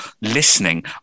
listening